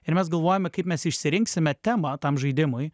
ir mes galvojame kaip mes išsirinksime temą tam žaidimui